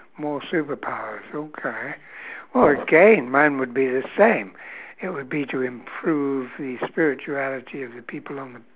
more superpowers okay oh again mine would be the same it would be to improve the spirituality of the people on the